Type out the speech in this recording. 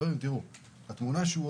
התמונה כמו